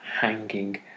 hanging